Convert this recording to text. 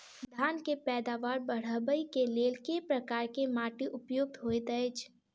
धान केँ पैदावार बढ़बई केँ लेल केँ प्रकार केँ माटि उपयुक्त होइत अछि?